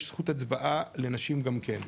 יש זכות הצבעה לנשים גם כן,